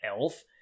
elf